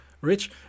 Rich